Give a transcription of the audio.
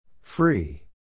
Free